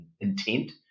intent